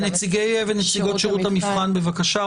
נציגי ונציגות שירות המבחן, בבקשה.